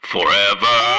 Forever